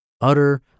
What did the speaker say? utter